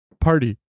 party